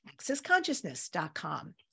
accessconsciousness.com